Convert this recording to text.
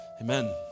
amen